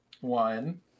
one